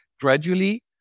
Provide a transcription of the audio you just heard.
gradually